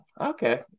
Okay